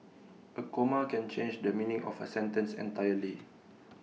A comma can change the meaning of A sentence entirely